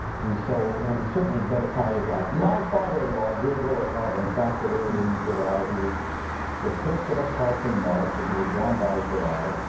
and so, and certainly the better quality of life. my father-in-law, dear roy harthirn, passed away in july. he was the picture of health in march and he was gone by july.